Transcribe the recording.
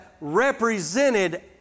represented